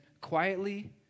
quietly